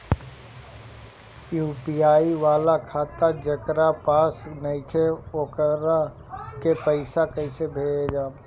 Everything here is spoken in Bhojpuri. यू.पी.आई वाला खाता जेकरा पास नईखे वोकरा के पईसा कैसे भेजब?